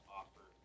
offer